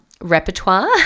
repertoire